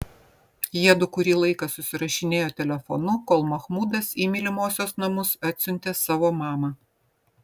jiedu kurį laiką susirašinėjo telefonu kol mahmudas į mylimosios namus atsiuntė savo mamą